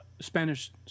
Spanish